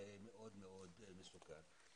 זה מאוד-מאוד מסוכן.